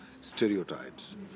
stereotypes